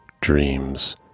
dreams